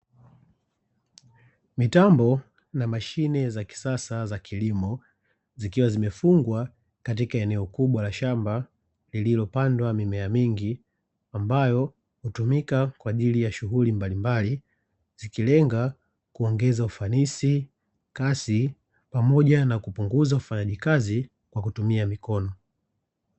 Mitambo na mashine za kisasa za kilimo zikiwa zimefugwa katika eneo kubwa la shamba lililopandwa mimea mingi ambayo hutumika kwa ajili ya shughuli mbalimbal;i zikilenga kuongeza ufanisi, kasi pamoja na kupunguza ufanyaji kazi kwa kutumia mikono.